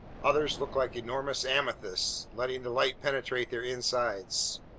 others looked like enormous amethysts, letting the light penetrate their insides.